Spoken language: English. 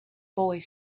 boy